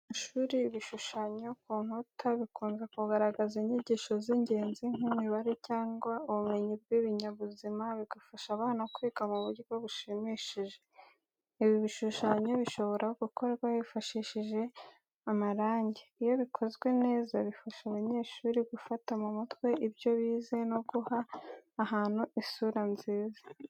Mu mashuri, ibishushanyo ku nkuta bikunze kugaragaza inyigisho z'ingenzi nk'imibare cyangwa ubumenyi bw'ibinyabuzima, bigafasha abana kwiga mu buryo bushimishije. Ibi bishushanyo bishobora gukorwa hifashishijwe amarangi. Iyo bikozwe neza bifasha abanyeshuri gufata mu mutwe ibyo bize no guha ahantu isura nziza.